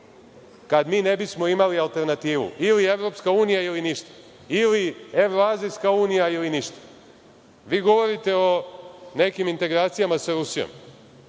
kada mi ne bismo imali alternativu ili EU ili ništa, ili Evroazijska unija ili ništa. Vi govorite o nekim integracijama sa Rusijom.